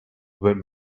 about